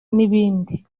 n’ibindi